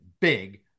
big